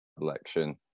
election